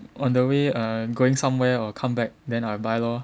on the way I'm going somewhere or come back then I buy lor